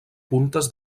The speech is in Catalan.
puntes